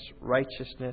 righteousness